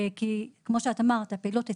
כפי שאמרת, הפעילות התחילה,